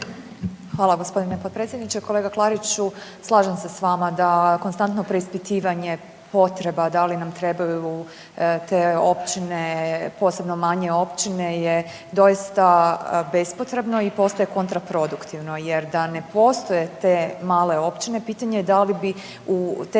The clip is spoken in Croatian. Hvala gospodine potpredsjedniče. Kolega Klariću slažem se sa vama da konstantno preispitivanje potreba da li nam trebaju te općine, posebno manje općine je doista bespotrebno i postaje kontraproduktivno. Jer da ne postoje te male općine pitanje je da li bi u te